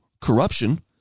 corruption